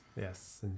Yes